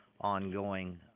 ongoing